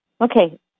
Okay